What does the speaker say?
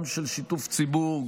גם של שיתוף ציבור,